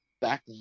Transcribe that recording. back